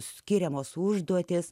skiriamos užduotys